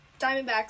Diamondbacks